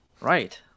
Right